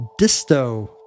disto